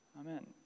Amen